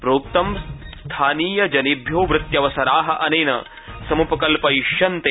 प्रोक्तं स्थानीय जनेभ्यो वृत्यवसरा अनेन समुपकल्पयिष्यन्ते